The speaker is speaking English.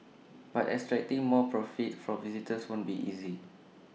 but extracting more profit from visitors won't be easy